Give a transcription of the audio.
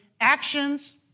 actions